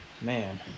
Man